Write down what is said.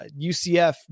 UCF